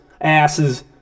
asses